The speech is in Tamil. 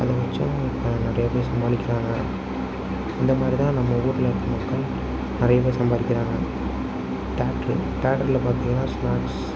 அதை வெச்செல்லாம் நிறைய பேரு சம்பாதிக்கிறாங்க இந்த மாதிரி தான் நம்ம ஊரில் இருக்கிற மக்கள் நிறைய பேரு சம்பாதிக்கிறாங்க தேட்டரு தேட்டரில் பார்த்திங்கனா ஸ்னாக்ஸ்